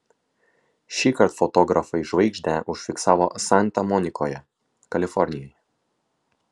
šįkart fotografai žvaigždę užfiksavo santa monikoje kalifornijoje